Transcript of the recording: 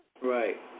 Right